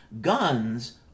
Guns